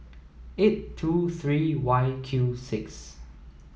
eight two three Y Q six